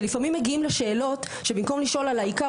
שלפעמים מגיעים לשאלות שבמקום לשאול על העיקר,